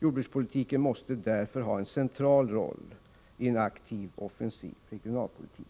Jordbrukspolitiken måste därför ha en central roll i en aktiv och offensiv regionalpolitik.